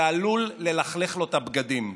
זה עלול ללכלך לו את הבגדים.